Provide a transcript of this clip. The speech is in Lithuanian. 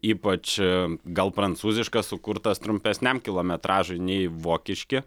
ypač gal prancūziškas sukurtas trumpesniam kilometražui nei vokiški